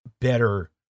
better